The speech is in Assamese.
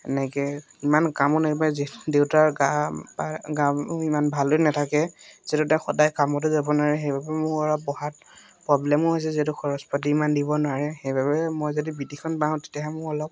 এনেকে ইমান কামো নাই পায় দেউতাৰ গা বা গা ইমান ভালদৰে নাথাকে যিটো তাক সদায় কামতো যাব নোৱাৰে সেইবাবে মোৰ অলপ বহাত প্ৰব্লেমো হৈছে যিহেতু খৰচ পাতি ইমান দিব নোৱাৰে সেইবাবে মই যদি বিটিখন পাওঁ তেতিয়াহে মোৰ অলপ